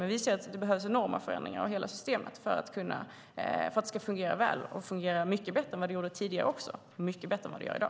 Men vi ser att det behövs enorma förändringar av hela systemet för att det ska fungera mycket bättre än vad det också gjorde tidigare och än vad det gör i dag.